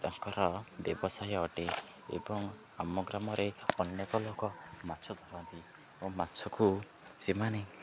ତାଙ୍କର ବ୍ୟବସାୟ ଅଟେ ଏବଂ ଆମ ଗ୍ରାମରେ ଅନେକ ଲୋକ ମାଛ ଧରନ୍ତି ଓ ମାଛକୁ ସେମାନେ